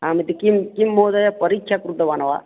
आम् इति किं किं महोदय परीक्षां कृतवान् वा